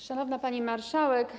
Szanowna Pani Marszałek!